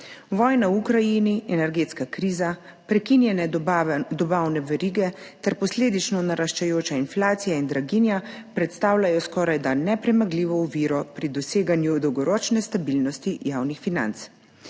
Vojna v Ukrajini, energetska kriza, prekinjene dobavne verige ter posledično naraščajoča inflacija in draginja predstavljajo skorajda nepremagljivo oviro pri doseganju dolgoročne stabilnosti javnih financ.